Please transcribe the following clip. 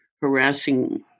harassing